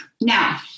Now